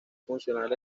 funcionar